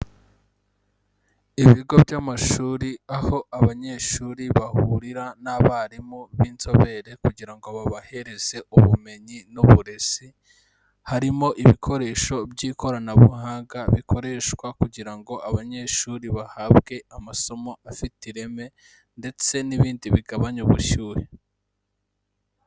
Ibigo by'amashuri aho abanyeshuri bahurira n'abarimu b'inzobere kugira ngo babahereze ubumenyi n'uburezi, harimo ibikoresho by'ikoranabuhanga, bikoreshwa kugira ngo abanyeshuri bahabwe amasomo afite ireme ndetse n'ibindi bigabanya ubushyuhe.